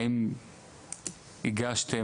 האם הגשתם,